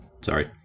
Sorry